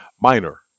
Minor